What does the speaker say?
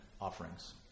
offerings